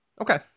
Okay